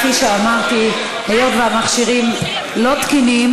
כפי שאמרתי, היות שהמכשירים לא תקינים,